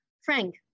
Frank